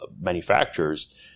manufacturers